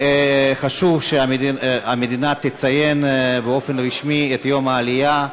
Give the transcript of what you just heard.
חשוב שהמדינה תציין באופן רשמי את יום העלייה,